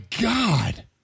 God